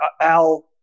Al